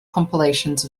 compilations